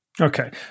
Okay